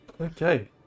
Okay